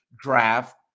draft